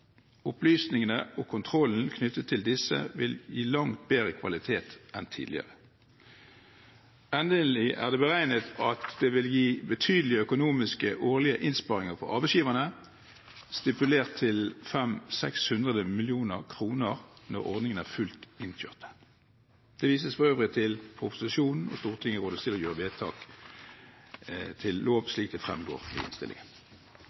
Opplysningene og kontrollen knyttet til disse vil gi langt bedre kvalitet enn tidligere. Endelig er det beregnet at det vil gi betydelige årlige økonomiske innsparinger for arbeidsgiverne, stipulert til 500–600 mill. kr, når ordningen er fullt innkjørt. Det vises for øvrig til proposisjonen, og Stortinget rådes til å gjøre vedtak til lov, slik det fremgår av innstillingen. Bare kort: Jeg tenker litt bakover i